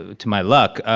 ah to my luck,